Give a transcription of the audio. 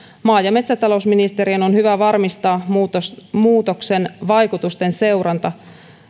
maa ja metsätalousministeriön on hyvä varmistaa muutoksen vaikutusten seuranta